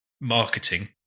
marketing